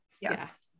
yes